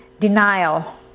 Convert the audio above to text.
denial